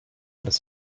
des